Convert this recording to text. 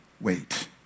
wait